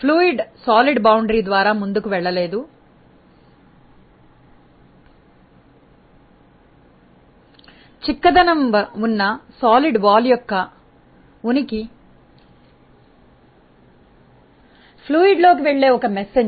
ఘన సరిహద్దు సందేశం ద్రవం ద్వారా ముందు కు వెళ్ళలేదు చిక్కదనం ఉన్న ఘన గోడ యొక్క ఉనికి ద్రవంలోకి వెళ్ళే ఒక వాహకం